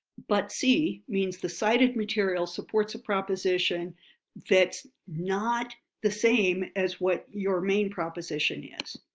but see means the cited material supports a proposition that's not the same as what your main proposition is.